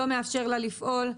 לא מאפשר לה לפעול.